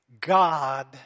God